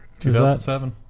2007